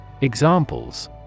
Examples